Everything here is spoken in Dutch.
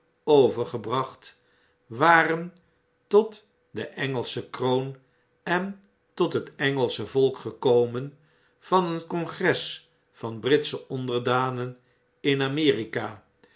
overgebracht waren tot de engelsche kroon en tot het engelsche volk gekomen van een congres van britsche onderdanen in